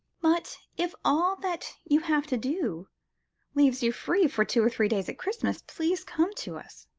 but if all that you have to do leaves you free for two or three days at christmas, please come to us,